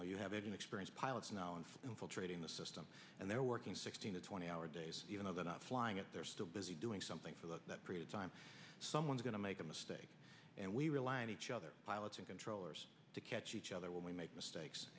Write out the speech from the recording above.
know you have an experienced pilots now and infiltrating the system and they're working sixteen to twenty hour days even though they're not flying it they're still busy doing something for the time someone's going to make a mistake and we rely on each other pilots and controllers to catch each other when we make mistakes